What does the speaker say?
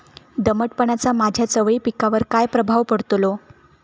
दमटपणाचा माझ्या चवळी पिकावर काय प्रभाव पडतलो?